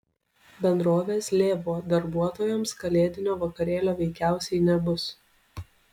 bendrovės lėvuo darbuotojams kalėdinio vakarėlio veikiausiai nebus